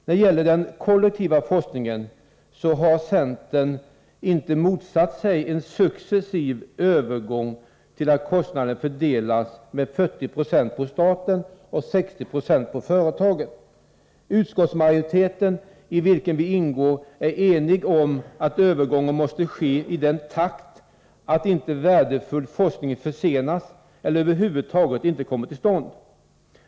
När det gäller den kollektiva forskningen så har centern inte motsatt sig en successiv övergång till att kostnaderna fördelas med 40 96 på staten och 60 96 på företagen. Utskottsmajoriteten, i vilken vi ingår, är enig om att övergången måste ske i sådan takt att inte värdefull forskning försenas eller över huvud taget inte kommer till stånd.